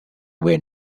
where